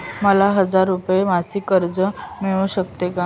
मला हजार रुपये मासिक कर्ज मिळू शकते का?